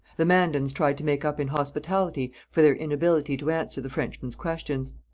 the mandans tried to make up in hospitality for their inability to answer the frenchman's questions.